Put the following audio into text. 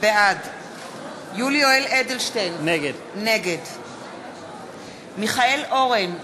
בעד יולי יואל אדלשטיין, נגד מיכאל אורן,